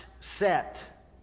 set